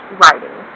writing